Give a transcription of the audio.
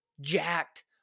jacked